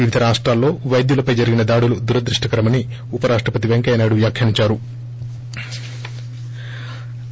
వివిధ రాష్టాల్లో పైద్యులపై జరిగిన దాడులు దురదృష్ణకరమని ఉప రాష్ణపతి పెంకయ్యనాయుడు వ్యాఖ్యానించారు